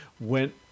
went